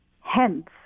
Hence